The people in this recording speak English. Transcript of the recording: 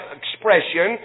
expression